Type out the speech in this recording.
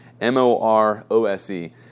M-O-R-O-S-E